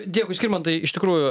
dėkui skirmantai iš tikrųjų